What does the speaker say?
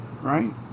right